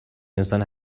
انسان